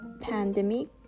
pandemic